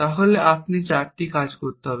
তাহলে আপনাকে চারটি কাজ করতে হবে